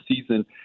season